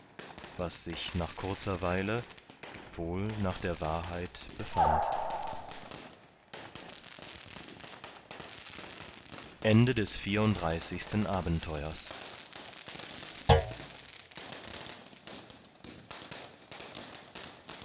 was sich nach kurzer weile wohl nach der wahrheit befand fünfunddreißigstes abenteuer